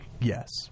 yes